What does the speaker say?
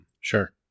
Sure